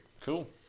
Cool